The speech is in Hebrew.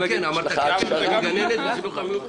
אה, כן כן --- גננת בחינוך המיוחד.